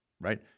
right